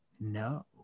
no